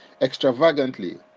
extravagantly